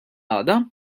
għada